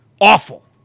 awful